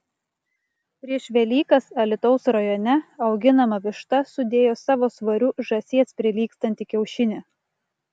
prieš velykas alytaus rajone auginama višta sudėjo savo svoriu žąsies prilygstantį kiaušinį